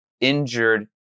injured